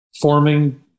forming